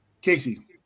Casey